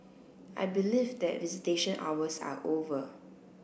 I believe that visitation hours are over